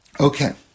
Okay